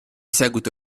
seguito